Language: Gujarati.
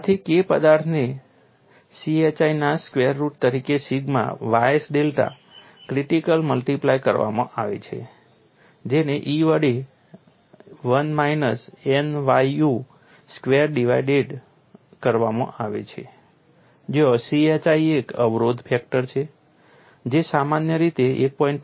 આથી K પદાર્થને chi ના સ્ક્વેરરુટ તરીકે sigma ys delta critical multiply કરવામાં આવે છે જેને E વડે 1 માઇનસ nyu સ્ક્વેર વડે ડિવાઇડેડ કરવામાં આવે છે જ્યાં chi એક અવરોધ ફેક્ટર છે જે સામાન્ય રીતે 1